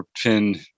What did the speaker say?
pin